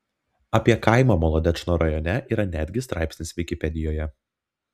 apie kaimą molodečno rajone yra netgi straipsnis vikipedijoje